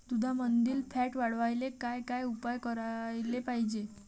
दुधामंदील फॅट वाढवायले काय काय उपाय करायले पाहिजे?